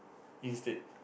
instead